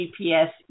GPS